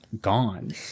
gone